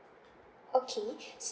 okay